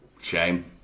Shame